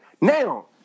now